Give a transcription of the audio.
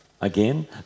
again